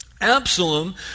Absalom